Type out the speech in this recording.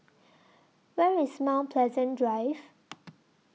Where IS Mount Pleasant Drive